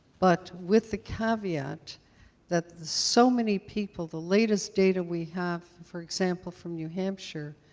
but with the caveat that so many people, the latest data we have, for example, from new hampshire,